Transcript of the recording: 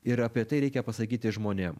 ir apie tai reikia pasakyti žmonėm